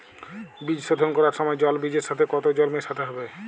বীজ শোধন করার সময় জল বীজের সাথে কতো জল মেশাতে হবে?